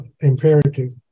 imperative